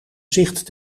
zicht